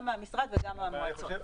גם מהמשרד וגם מהמועצה.